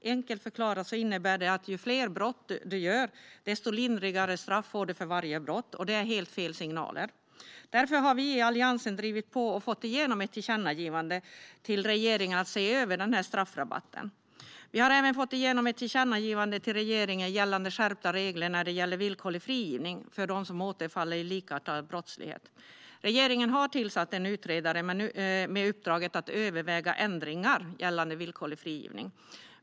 Enkelt förklarat innebär det att ju fler brott man begår, desto lindrigare straff får man för varje brott. Detta sänder helt fel signaler. Därför har vi i Alliansen drivit på och fått igenom ett tillkännagivande till regeringen om att se över denna straffrabatt. Vi har även fått igenom ett tillkännagivande till regeringen gällande skärpta regler för villkorlig frigivning för dem som återfaller i likartad brottslighet. Regeringen har tillsatt en utredare med uppdraget att överväga ändringar gällande villkorlig frigivning.